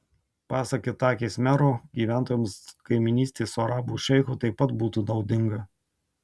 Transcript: pasak itakės mero gyventojams kaimynystė su arabų šeichu taip pat būtų naudinga